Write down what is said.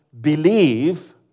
believe